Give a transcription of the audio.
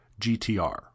GTR